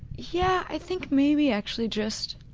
yeah, i think maybe actually just,